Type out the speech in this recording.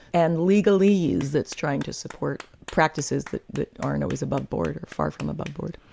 and legalese that's trying to support practices that that aren't always above board, far from above board.